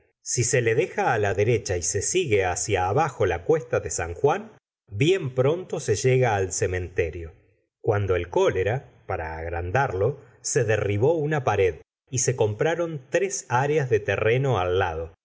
si se le deja ti la derecha y se sigue hacia abajo la cuesta de san juan bien pronto se llega al cementerio cuando el cólera para agrandarlo se derribó una pared y se compraron tres areas de terreno al lado